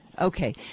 Okay